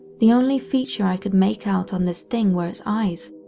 the only feature i could make out on this thing were its eyes,